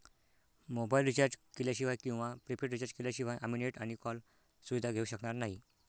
mobile recharge केल्याशिवाय किंवा prepaid recharge शिवाय आम्ही नेट आणि कॉल सुविधा घेऊ शकणार नाही